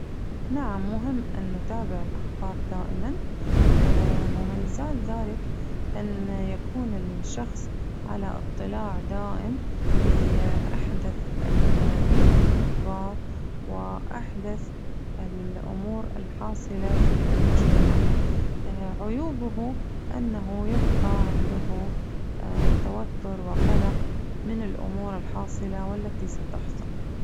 نعم مهم أن نتابع الأخبار دائماً مميزات ذلك أن يكون الشخص على اطلاع دائم بأحدث ال أخبار وأحدث الأمور الحاصلة في المجتمع عيوبه أنه يبقى عنده توتر وقلق من الأمور الحاصلة والتي ستحصل.